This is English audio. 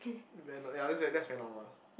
very nor~ ya that's very that's very normal